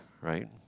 right